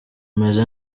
meze